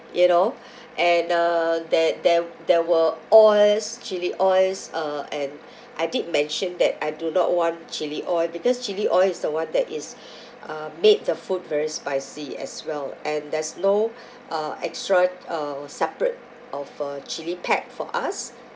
you know and uh there there there were oils chilli oils uh and I did mention that I do not want chilli oil because chilli oil is the one that is uh made the food very spicy as well and there's no uh extra uh separate of a chilli pack for us